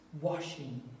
Washing